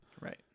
right